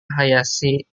hayashi